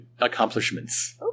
Accomplishments